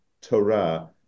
Torah